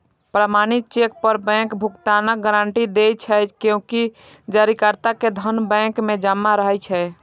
प्रमाणित चेक पर बैंक भुगतानक गारंटी दै छै, कियैकि जारीकर्ता के धन बैंक मे जमा रहै छै